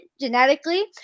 genetically